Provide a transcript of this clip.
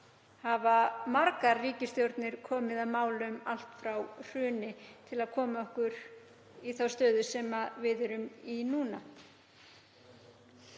hafa margar ríkisstjórnir komið að málum allt frá hruni til að koma okkur í þá stöðu sem við erum í núna,